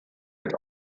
mit